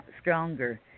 stronger